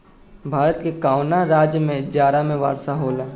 भारत के कवना राज्य में जाड़ा में वर्षा होला?